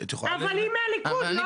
היא מהליכוד, לא?